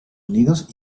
unidos